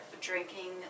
drinking